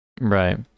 right